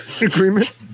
agreement